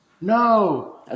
No